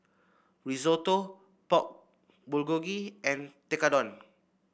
Risotto Pork Bulgogi and Tekkadon